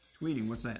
tweeting? what's that?